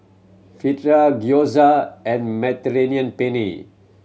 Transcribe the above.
Fritada Gyoza and Mediterranean Penne